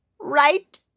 right